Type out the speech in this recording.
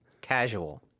casual